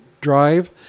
Drive